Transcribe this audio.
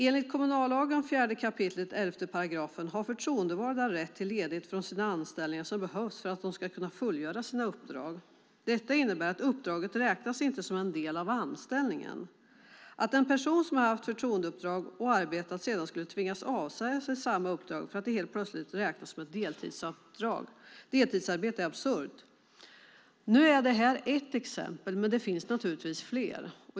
Enligt kommunallagen 4 kap. 11 § har förtroendevalda rätt till den ledighet från sina anställningar som behövs för att de ska kunna fullgöra sina uppdrag. Detta innebär att uppdraget inte räknas som en del av anställningen. Att en person som har haft ett förtroendeuppdrag och arbetat sedan skulle tvingas avsäga sig samma uppdrag för att det helt plötsligt räknas som ett deltidsarbete är absurt. Det här är ett exempel, men det finns naturligtvis fler.